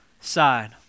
side